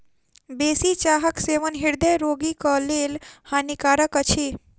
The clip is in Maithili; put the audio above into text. बेसी चाहक सेवन हृदय रोगीक लेल हानिकारक अछि